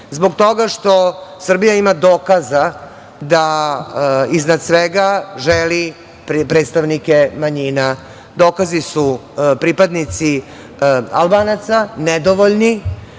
zbog toga što Srbija ima dokaza da iznad svega želi predstavnike manjina. Dokazi su pripadnici Albanaca - nedovoljni,